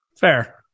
Fair